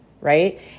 right